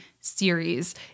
series